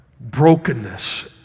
brokenness